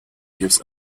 gives